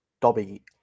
Dobby